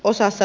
sta